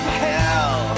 hell